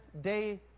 day